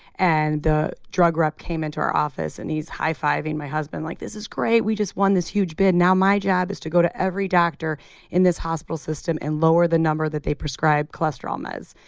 and the drug rep came into our office and he's high fiving my husband like, this is great. we just won this huge bid. now my job is to go to every doctor in this hospital system and lower the number that they prescribe cholesterol meds.